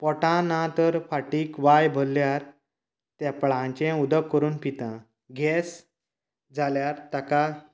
पोटांक ना तर फाटीक वाय भरल्यार तेंफळांचे उदक करून पितां गेस जाल्यार ताका